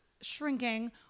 shrinking